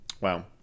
Wow